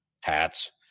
hats